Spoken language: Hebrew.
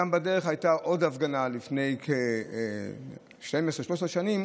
גם בדרך הייתה עוד הפגנה, לפני כ-12, 13 שנים,